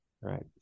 Right